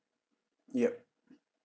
yup